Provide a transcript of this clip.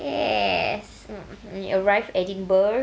yes arrive edinburgh